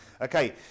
okay